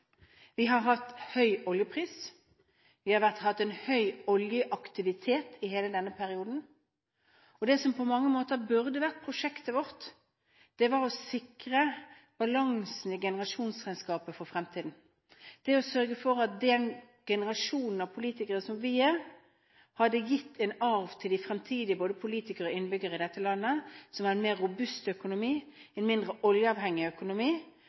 Vi har hatt høy oljepris, vi har hatt høy oljeaktivitet i hele denne perioden. Det som på mange måter burde vært prosjektet vårt, var å sikre balansen i generasjonsregnskapet for fremtiden ved å sørge for at vi i denne generasjonen politikere ga en arv til fremtidige politikere og innbyggere i dette landet – en mer robust og mindre oljeavhengig økonomi.